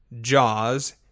Jaws